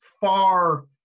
far